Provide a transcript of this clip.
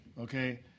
Okay